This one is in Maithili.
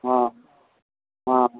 हँ हँ